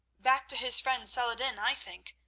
back to his friend saladin, i think,